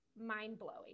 mind-blowing